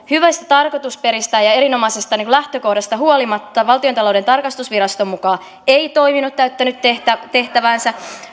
hyvistä tarkoitusperistä ja ja erinomaisesta lähtökohdasta huolimatta valtiontalouden tarkastusviraston mukaan ei toiminut täyttänyt tehtäväänsä tehtäväänsä